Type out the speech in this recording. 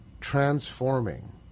transforming